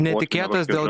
netikėtas dėl